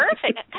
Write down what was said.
perfect